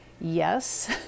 yes